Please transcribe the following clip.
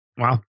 Wow